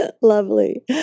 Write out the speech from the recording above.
lovely